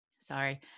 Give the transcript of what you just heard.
Sorry